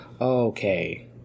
okay